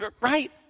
right